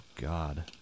God